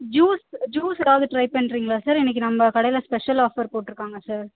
juice juice ஏதாவது try பண்ணுறீங்களா sir இன்னைக்கி நம்ம கடையில் ஸ்பெஷல் ஆஃபர் போடுருக்காங்க சார்